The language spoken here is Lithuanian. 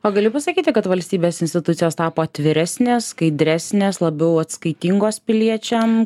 o galiu pasakyti kad valstybės institucijos tapo atviresnės skaidresnės labiau atskaitingos piliečiam